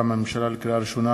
לקריאה ראשונה,